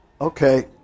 Okay